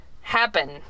happen